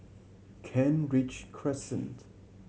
Kent Ridge Crescent